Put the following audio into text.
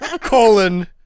Colon